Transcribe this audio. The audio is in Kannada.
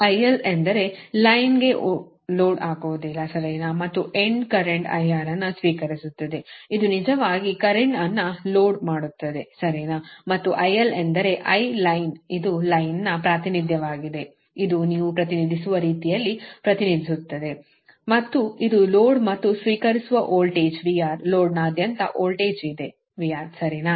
IL ಎಂದರೆ ಲೈನ್ಗೆ ಲೋಡ್ ಆಗುವುದಿಲ್ಲ ಸರಿನಾ ಮತ್ತು ಎಂಡ್ ಕರೆಂಟ್ IR ಅನ್ನು ಸ್ವೀಕರಿಸುತ್ತದೆ ಇದು ನಿಜವಾಗಿ ಕರೆಂಟ್ ಅನ್ನು ಲೋಡ್ ಮಾಡುತ್ತದೆ ಸರಿನಾ ಮತ್ತು IL ಎಂದರೆ I ಲೈನ್ ಇದು ಲೈನ್ನ ಪ್ರಾತಿನಿಧ್ಯವಾಗಿದೆ ಇದು ನೀವು ಪ್ರತಿನಿಧಿಸುವ ರೀತಿಯಲ್ಲಿ ಪ್ರತಿನಿಧಿಸುತ್ತದೆ ಮತ್ತು ಇದು ಲೋಡ್ ಮತ್ತು ಸ್ವೀಕರಿಸುವ ವೋಲ್ಟೇಜ್ VR ಲೋಡ್ನಾದ್ಯಂತ ವೋಲ್ಟೇಜ್ ಇದೆ VR ಸರಿನಾ